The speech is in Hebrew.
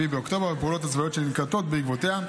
באוקטובר והפעולות הצבאיות שננקטות בעקבותיה,